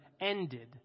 ended